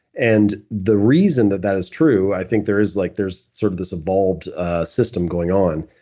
and the reason that that is true i think there's like there's sort of this evolved system going on.